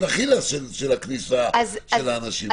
אכילס של כניסת אנשים לשירות המדינה.